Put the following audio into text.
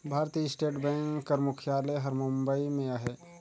भारतीय state bank कर मुख्यालय हर बंबई में अहे